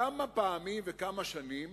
כמה פעמים וכמה שנים